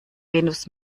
venus